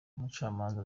umucamanza